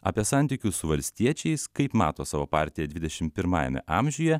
apie santykių su valstiečiais kaip mato savo partiją dvidešimt pirmajame amžiuje